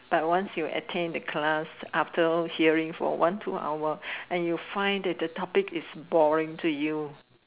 but once you attend a class after hearing for one two hour and you find that topic is boring to you